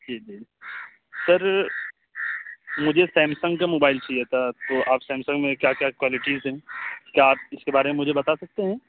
جی جی سر مجھے سیمسنگ کا موبائل چہیے تھا تو آپ سیمسنگ میں کیا کیا کوالٹیز ہیں کیا آپ اس کے بارے میں مجھے بتا سکتے ہیں